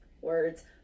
Words